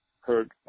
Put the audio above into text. heard